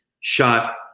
Shot